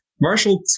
marshall